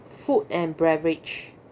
food and beverage